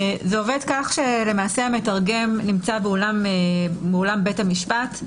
זה עובד כך שלמעשה המתרגם נמצא באולם בית המשפט,